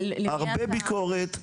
הרבה ביקורת,